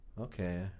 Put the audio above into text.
okay